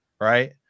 right